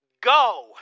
Go